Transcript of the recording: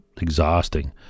exhausting